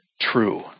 true